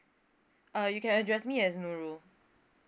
uh you can address me as nurul